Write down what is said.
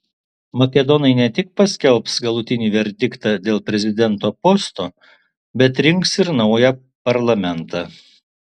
makedonai ne tik paskelbs galutinį verdiktą dėl prezidento posto bet rinks ir naują parlamentą